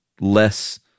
less